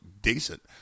decent